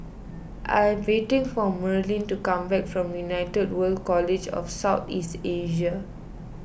I am waiting for Merlin to come back from United World College of South East Asia